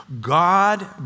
God